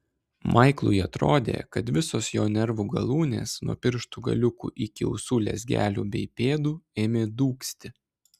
maiklui atrodė kad visos jo nervų galūnės nuo pirštų galiukų iki ausų lezgelių bei pėdų ėmė dūgzti